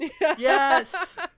yes